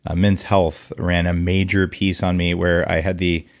ah men's health ran a major piece on me where i had the.